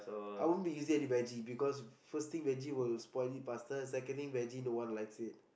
I won't be using any vege because first thing vege will spoily busters secondly vege no one likes it